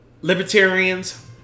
libertarians